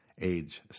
age